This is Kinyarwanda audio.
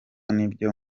nibyo